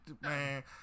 man